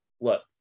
look